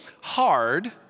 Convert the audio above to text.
hard